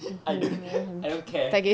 I don't I don't care